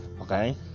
Okay